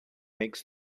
makes